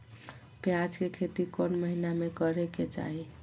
प्याज के खेती कौन महीना में करेके चाही?